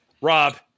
Rob